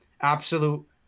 absolute